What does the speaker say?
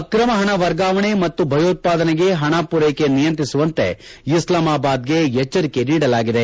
ಆಕ್ರಮ ಪಣ ವರ್ಗಾವಣೆ ಮತ್ತು ಭಯೋತ್ವಾದನೆಗೆ ಹಣಮೂರೈಕೆ ನಿಯಂತ್ರಿಸುವಂತೆ ಇಸ್ಲಾಮಾಬಾದ್ ಗೆ ಎಚ್ವರಿಕೆ ನೀಡಲಾಗಿದೆ